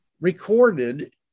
recorded